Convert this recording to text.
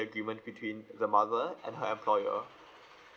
agreement between the mother and her employer